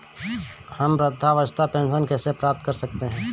हम वृद्धावस्था पेंशन कैसे प्राप्त कर सकते हैं?